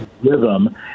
rhythm